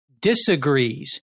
disagrees